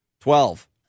Twelve